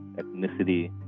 ethnicity